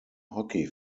hockey